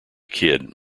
kid